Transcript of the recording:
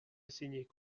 ezinik